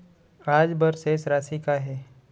आज बर शेष राशि का हे?